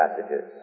passages